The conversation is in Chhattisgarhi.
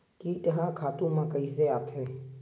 कीट ह खातु म कइसे आथे?